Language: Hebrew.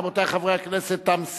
רבותי חברי הכנסת,